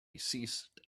ceased